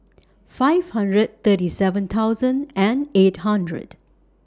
five hundred thirty seven thousand and eight hundred